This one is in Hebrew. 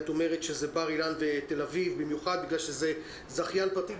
את אמרת שזה בר-אילן ותל אביב במיוחד בגלל שזה זכיין פרטי,